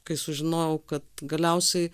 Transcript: kai sužinojau kad galiausiai